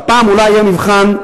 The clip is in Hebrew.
והפעם אולי יהיה מבחן,